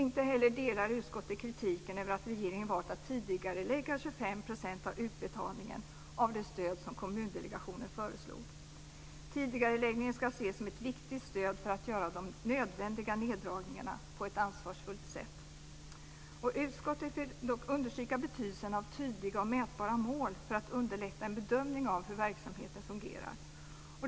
Inte heller delar utskottet kritiken mot att regeringen valt att tidigarelägga 25 % av utbetalningen av det stöd som kommundelegationen föreslog. Tidigareläggningen ska ses som ett viktigt stöd för att göra de nödvändiga neddragningarna på ett ansvarsfullt sätt. Utskottet vill dock understryka betydelsen av tydliga och mätbara mål för att underlätta en bedömning av hur verksamheten fungerar.